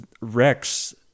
Rex